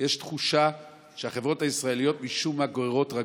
לא מכרו את אל על?